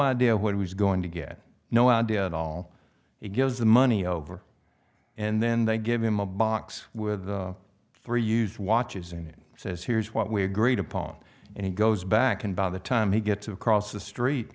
idea what was going to get no idea at all he gives the money over and then they give him a box with three huge watches in it says here's what we agreed upon and he goes back and by the time he gets across the street